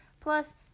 plus